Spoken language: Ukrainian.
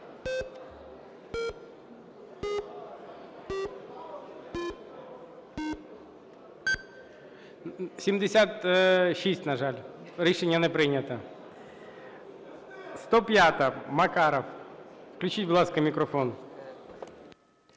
76. На жаль, рішення не прийнято. 105-а, Макаров. Включіть, будь ласка, мікрофон.